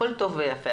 הכול טוב ויפה,